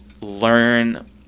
learn